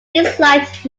disliked